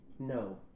No